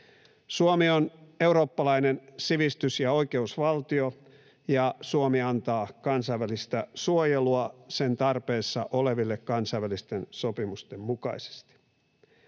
Suomi on eurooppalainen sivistys- ja oikeusvaltio, ja Suomi antaa kansainvälistä suojelua sen tarpeessa oleville kansainvälisten sopimusten mukaisesti.